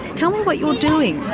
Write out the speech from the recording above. tell me what you're doing?